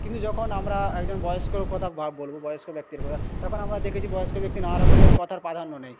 কিন্তু যখন আমরা একজন বয়স্কর কথা ভাব বলব বয়স্ক ব্যক্তির কথা তখন আমরা দেখেছি বয়স্ক ব্যক্তি নানা রকমের কথার প্রাধান্য নেয়